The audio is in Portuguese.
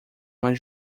mais